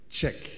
check